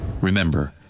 Remember